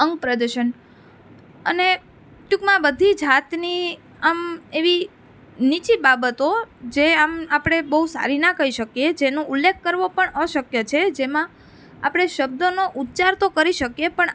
અંગપ્રદર્શન અને ટૂંકમાં બધી જાતની આમ એવી નીચી બાબતો જે આમ આપણે બહુ સારી ના કહી શકીએ જેનો ઉલ્લેખ કરવો પણ અશક્ય છે જેમાં આપણે શબ્દનો ઉચ્ચાર તો કરી શકીએ પણ